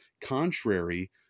contrary